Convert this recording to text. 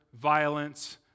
violence